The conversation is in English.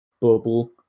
bubble